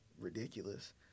ridiculous